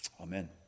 Amen